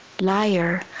Liar